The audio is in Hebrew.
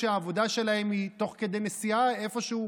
כשהעבודה שלהם היא תוך כדי נסיעה איפשהו,